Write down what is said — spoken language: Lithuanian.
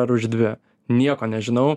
ar už dvi nieko nežinau